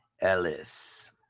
Ellis